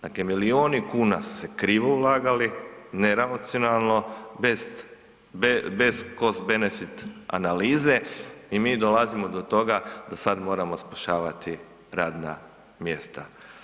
Dakle milijuni kuna su se krivo ulagali, neracionalno, bez cost benefit analize i mi dolazimo do toga da sad moramo spašavati radna mjesta.